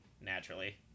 Naturally